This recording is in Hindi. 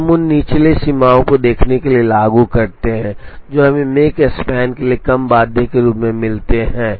तो हम उन निचले सीमाओं को देखने के लिए लागू करते हैं जो हमें मेक स्पैन के लिए कम बाध्य के रूप में मिलते हैं